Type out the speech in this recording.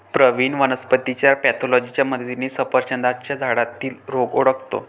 प्रवीण वनस्पतीच्या पॅथॉलॉजीच्या मदतीने सफरचंदाच्या झाडातील रोग ओळखतो